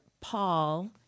Paul